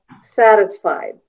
satisfied